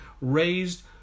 raised